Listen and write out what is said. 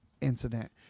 incident